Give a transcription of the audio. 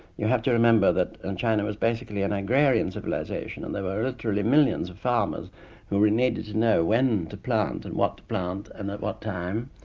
you have to remember that and china was basically an agrarian civilisation and there were literally millions of farmers who needed to know when to plant and what to plant, and at what time,